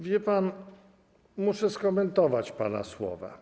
Wie pan, muszę skomentować pana słowa.